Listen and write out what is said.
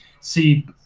see